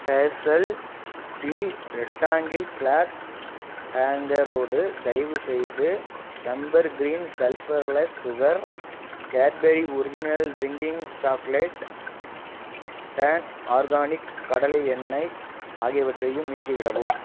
hazel steel rectangle cloth ஹேங்கரோடு தயவுசெய்து Dhampur green sulphurless sugar Cadbury original drinking chocolate turn organic கடலை எண்ணெய் ஆகியவற்றையும் நீக்கிவிடவும்